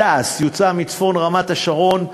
תע"ש יוצא מצפון רמת-השרון,